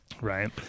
Right